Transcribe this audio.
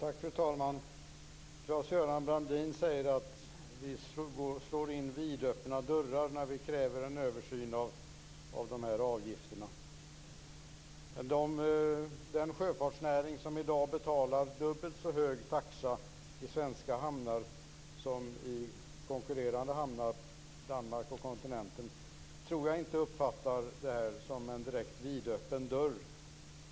Fru talman! Claes-Göran Brandin säger att vi slår in vidöppna dörrar när vi kräver en översyn av dessa avgifter. Den sjöfartsnäring som i dag betalar dubbelt så hög taxa i svenska hamnar som i konkurrerande hamnar i Danmark och på kontinenten tror jag inte uppfattar detta som en vidöppen dörr.